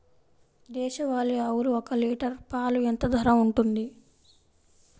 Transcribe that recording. దేశవాలి ఆవులు ఒక్క లీటర్ పాలు ఎంత ధర ఉంటుంది?